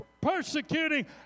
persecuting